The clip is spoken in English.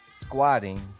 squatting